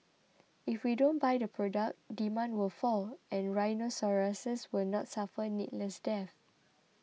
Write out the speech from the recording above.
if we don't buy the product demand will fall and rhinoceroses will not suffer needless deaths